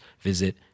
visit